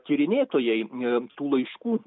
tyrinėtojai tų laiškų